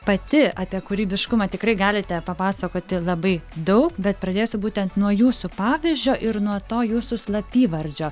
pati apie kūrybiškumą tikrai galite papasakoti labai daug bet pradėsiu būtent nuo jūsų pavyzdžio ir nuo to jūsų slapyvardžio